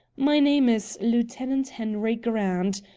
my name is lieutenant henry grant.